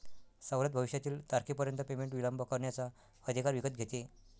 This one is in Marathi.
सवलत भविष्यातील तारखेपर्यंत पेमेंट विलंब करण्याचा अधिकार विकत घेते